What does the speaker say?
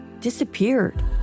disappeared